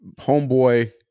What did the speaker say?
Homeboy